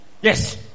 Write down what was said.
Yes